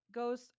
goes